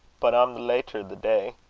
but i'm later the day.